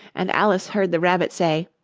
and alice heard the rabbit say,